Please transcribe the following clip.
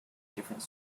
different